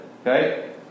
Okay